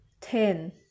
ten